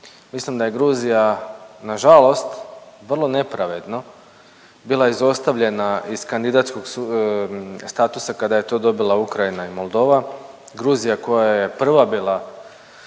Mislim da je Gruzija na žalost vrlo nepravedno bila izostavljena iz kandidatskog statusa kada je to dobila Ukrajina i Moldova. Gruzija koja je prva bila